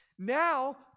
Now